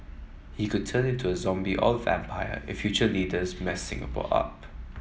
he could turn into a zombie or vampire if future leaders mess Singapore up